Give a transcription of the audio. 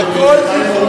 אדוני היושב-ראש,